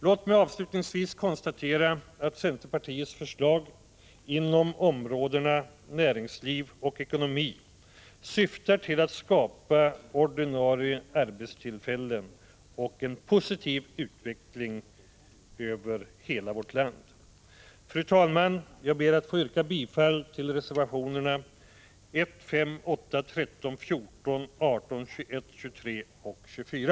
Låt mig avslutningsvis konstatera att centerpartiets förslag inom områdena näringsliv och ekonomi syftar till att skapa ordinarie arbetstillfällen och en positiv utveckling över hela vårt land. Fru talman! Jag ber att få yrka bifall till reservationerna 1, 5,8, 13, 14, 18, 21, 23 och 24.